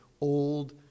old